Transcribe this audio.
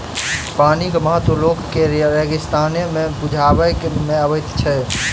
पानिक महत्व लोक के रेगिस्ताने मे बुझबा मे अबैत छै